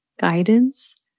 guidance